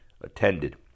attended